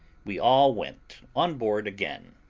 we all went on board again.